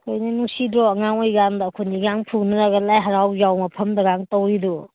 ꯍꯣꯏꯅꯦ ꯅꯨꯡꯁꯤꯗ꯭ꯔꯣ ꯑꯉꯥꯡ ꯑꯣꯏꯔꯤꯀꯥꯟꯗ ꯑꯩꯈꯣꯏꯅꯤꯒꯥꯡ ꯐꯨꯅꯔꯒ ꯂꯥꯏ ꯍꯔꯥꯎ ꯌꯥꯎ ꯃꯐꯝꯗꯒꯥꯡ ꯇꯧꯔꯤꯗꯨ